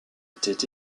était